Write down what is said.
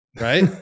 Right